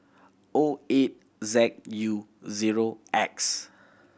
O eight Z U zero X